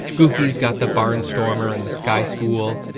goofy's got the barnstormer and the sky school,